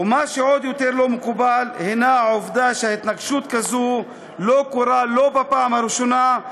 ומה שעוד יותר לא מקובל הוא העובדה שהתנגשות כזו קורית לא בפעם הראשונה,